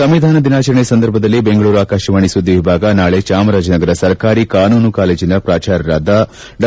ಸಂವಿಧಾನ ದಿನಾಚರಣೆಯ ಸಂದರ್ಭದಲ್ಲಿ ಬೆಂಗಳೂರು ಆಕಾಶವಾಣಿ ಸುದ್ದಿವಿಭಾಗ ನಾಳೆ ಚಾಮರಾಜನಗರ ಸರ್ಕಾರಿ ಕಾನೂನು ಕಾಲೇಜಿನ ಪೂಚಾರ್ಯರಾದ ಡಾ